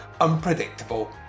unpredictable